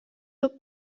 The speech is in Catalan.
sud